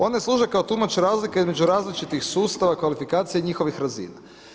One služe kao tumač razlike između različitih sustava, kvalifikacije njihovih razina.